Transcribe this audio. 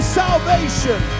salvation